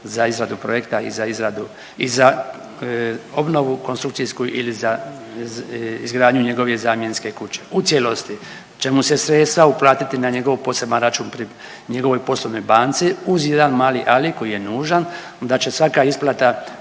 za izradu projekta i za obnovu konstrukcijsku ili za izgradnju njegove zamjenske kuće. U cijelosti će mu se sredstva uplatiti na njegov poseban račun pri njegovoj poslovnoj banci uz jedan mali ali koji je nužan da će svaka isplata